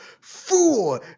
Fool